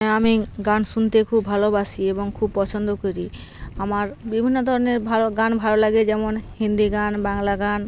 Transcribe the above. হ্যাঁ আমি গান শুনতে খুব ভালোবাসি এবং খুব পছন্দ করি আমার বিভিন্ন ধরনের ভালো গান ভালো লাগে যেমন হিন্দি গান বাংলা গান